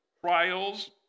trials